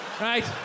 right